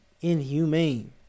inhumane